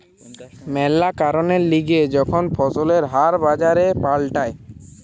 ম্যালা কারণের লিগে যখন ফসলের হার বাজারে পাল্টায়